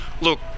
look